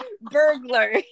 burglar